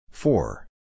Four